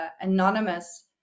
anonymous